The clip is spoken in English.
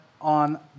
on